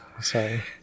sorry